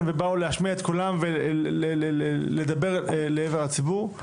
ובאו להשמיע את קולם ולדבר לעבר הציבור,